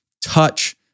touch